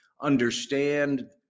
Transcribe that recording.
understand